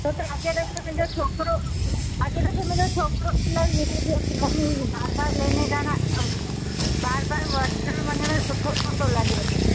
छो त अॻे दफ़े मुंहिंजो छोकिरो अॻे दफ़े मुंहिंजो छोकिरो इलाही विढ़े पियो कि मम्मी बार बार लेने जाना बार बार वठणु वञण सुठो कोन थो लॻे